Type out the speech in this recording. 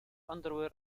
underwear